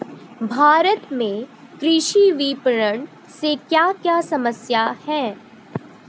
भारत में कृषि विपणन से क्या क्या समस्या हैं?